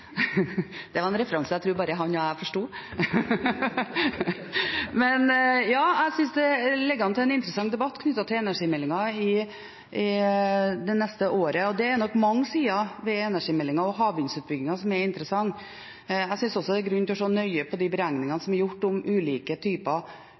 Det var en referanse jeg tror bare han og jeg forsto. Men ja, jeg synes det ligger an til en interessant debatt knyttet til energimeldingen det neste året, og det er nok mange sider ved energimeldingen og havvindutbyggingen som er interessante. Jeg synes også det er grunn til å se nøye på de beregningene